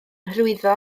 hyrwyddo